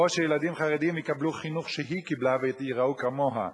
או שילדים חרדים יקבלו חינוך שהיא קיבלה וייראו כמוה,